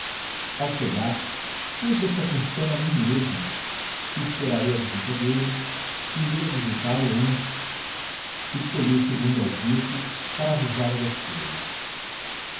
ao chegar pus esta questão a mim mesmo se esperaria a visita dele se iria visitá-lo antes escolhi o segundo alvitre para avisá lo das cousas